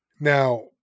Now